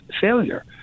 failure